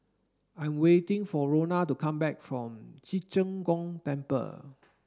I'm waiting for Rona to come back from Ci Zheng Gong Temple